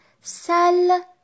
salle